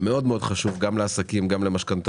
חשוב מאוד, חשוב גם לעסקים, גם למשכנתאות.